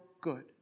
good